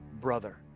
brother